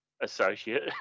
associate